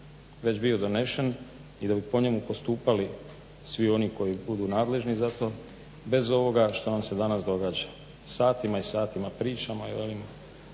već bio donesen i da bi po njemu postupali svi oni koji budu nadležni za to bez ovoga što nam se danas događa. Satima i satima pričamo